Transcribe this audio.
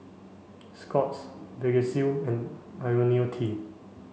Scott's Vagisil and Ionil T